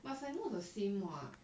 but it's like not the same [what]